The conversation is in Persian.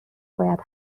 باید